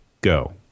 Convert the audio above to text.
go